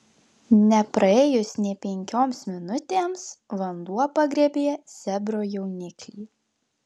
nepraėjus nė penkioms minutėms vanduo pagriebė zebro jauniklį